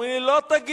אומרים לי: לא תגיב,